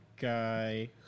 Guy